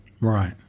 Right